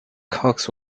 cox